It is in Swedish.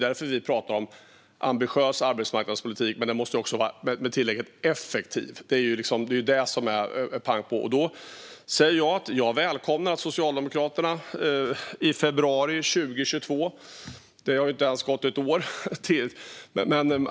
Därför pratar vi om ambitiös arbetsmarknadspolitik som också måste vara tillräckligt effektiv och pang på. Först i slutet av mandatperioden, i februari 2022, kom Socialdemokraterna på idén att man skulle göra de här satsningarna. Det är inte ens ett år sedan.